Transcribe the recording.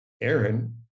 Aaron